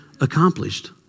accomplished